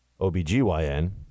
OBGYN